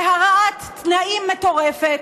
בהרעת תנאים מטורפת.